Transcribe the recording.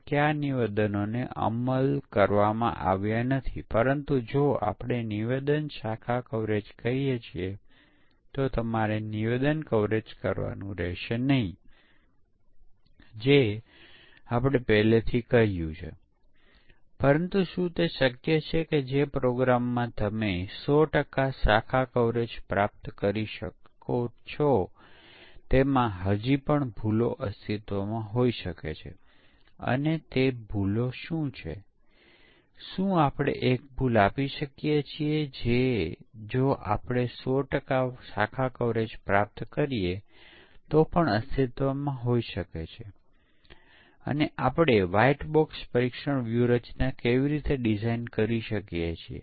આ કહે છે કે જો આપણે દૃશ્યો જાણીએ તો આ યુનિટ માટેના સ્પષ્ટીકરણને જાણીએ અને આના દૃશ્યો શું છે તે આપણે જાણીએ છીએ તો પછી આપણી પાસે ઓછામાં ઓછા અમુક સમકક્ષ વર્ગો હશે અહી ઘણા સમાનતા વર્ગો હશે કારણ કે આ યુનિટ માટે આપણી પાસે ઓપરેશનના દૃશ્યો છે